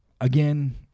again